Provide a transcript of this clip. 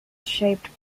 shaped